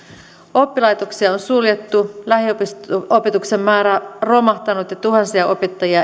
oppilaitoksia on suljettu lähiopetuksen määrä romahtanut ja tuhansia opettajia